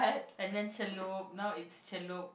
and then celup now is celup